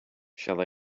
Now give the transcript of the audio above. shall